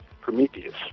Prometheus